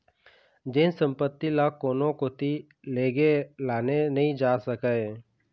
जेन संपत्ति ल कोनो कोती लेगे लाने नइ जा सकय